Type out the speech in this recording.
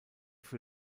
für